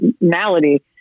malady